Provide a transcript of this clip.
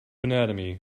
anatomy